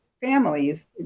families